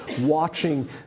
watching